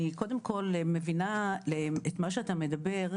אני קודם כל מבינה את מה שאתה מדבר,